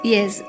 Yes